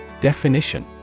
Definition